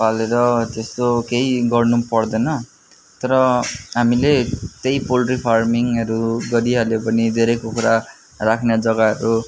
पालेर त्यस्तो केही गर्नुपर्दैन तर हामीले त्यही पोल्ट्री फार्मिङहरू गरिहालियो भने धेरै कुखुरा राख्ने जग्गाहरू